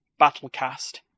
Battlecast